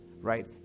Right